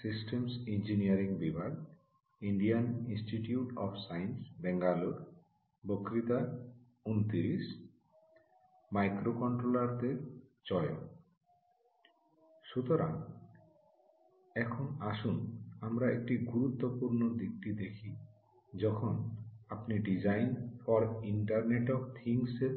সুতরাং এখন আসুন আমরা একটি গুরুত্বপূর্ণ দিকটি দেখি যখন আপনি design for internet of things এর